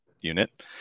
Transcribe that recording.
unit